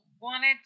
wanted